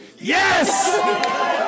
Yes